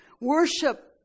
Worship